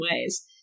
ways